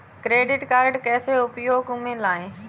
Credit card कैसे उपयोग में लाएँ?